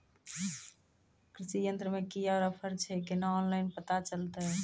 कृषि यंत्र मे की ऑफर छै केना ऑनलाइन पता चलतै?